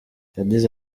yagize